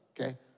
okay